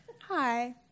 Hi